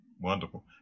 Wonderful